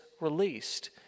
released